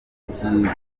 gitangwa